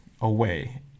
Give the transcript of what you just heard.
away